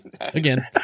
Again